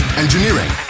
engineering